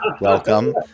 welcome